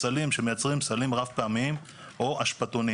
סלים רב פעמיים כולל אותי כיבואן.